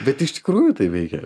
bet iš tikrųjų tai veikia